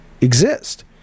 exist